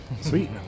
Sweet